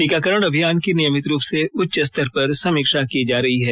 टीकाकरण अभियान की नियमित रूप से उच्चस्तर पर समीक्षा की जा रही है